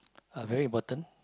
uh very important